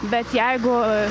bet jeigu